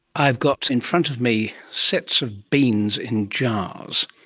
i have got in front of me sets of beans in jars.